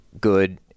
Good